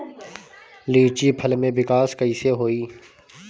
लीची फल में विकास कइसे होई?